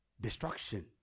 Destruction